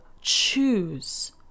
choose